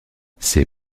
ces